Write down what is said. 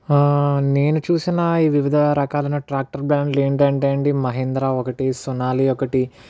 నేను చూసిన వివిధ రకాలైన ట్రాక్టర్ బాండ్ లు ఏంటంటేనండి మహేంద్ర ఒకటి సొనాలి ఒకటి